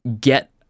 get